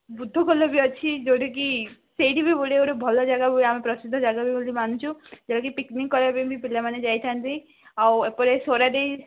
ବୁଦ୍ଧ ଅଛି ଯେଉଁଟାକି ସେଇଠି ବି ବଢ଼ିଆ ବଢ଼ିଆ ଭଲ ଜାଗା ହୁଏ ବି ଆମେ ପ୍ରସିଦ୍ଧ ବୋଲି ମାନୁଛୁ ଯେଉଁଟାକି ପିକ୍ନିକ୍ କରିବାକୁ ପିଲାମାନେ ଯାଇଥାନ୍ତି ଆଉ ଏପଟେ ସୋରାଡ଼ି